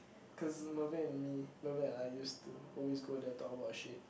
cause Mervin and me Mervin and I used to always go there talk about shit